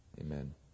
Amen